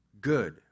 good